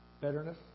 bitterness